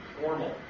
formal